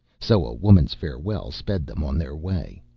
so a woman's farewell sped them on their way.